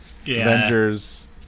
Avengers